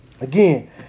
Again